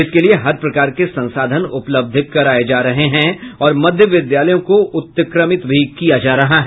इसके लिये हर प्रकार के संसाधन उपलब्ध कराये जा रहे हैं और मध्य विद्यालयों को उत्क्रमित भी किया जा रहा है